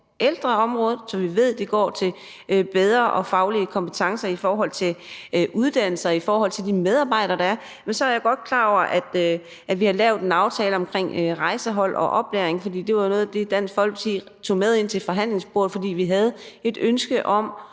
ældreområdet, så vi ved, at de går til bedre faglige kompetencer i forhold til uddannelse og i forhold til de medarbejdere, der er? Så er jeg godt klar over, at vi har lavet en aftale om et rejsehold og oplæring, for det var jo noget af det, som Dansk Folkeparti tog med ind til forhandlingsbordet, fordi vi havde et ønske om